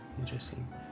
interesting